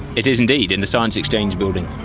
it is indeed, in the science exchange building.